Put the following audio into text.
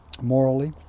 morally